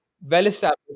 well-established